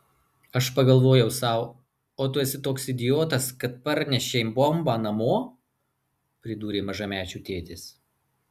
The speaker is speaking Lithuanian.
aš pagalvojau sau o tu esi toks idiotas kad parnešei bombą namo pridūrė mažamečių tėtis